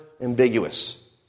ambiguous